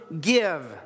give